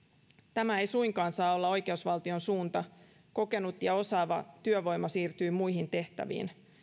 tämä ei suinkaan saa olla oikeusvaltion suunta että kokenut ja osaava työvoima siirtyy muihin tehtäviin